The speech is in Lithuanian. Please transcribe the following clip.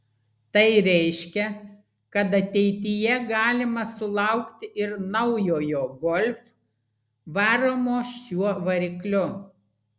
tai reiškia kad ateityje galima sulaukti ir naujojo golf varomo šiuo varikliu